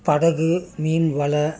படகு மீன் வலை